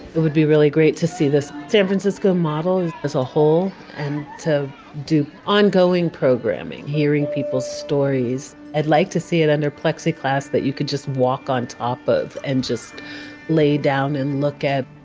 it would be really great to see this san francisco model as a whole and to do ongoing programing, hearing people's stories. i'd like to see it under plexiglass that you could just walk on top of and just lay down and look at,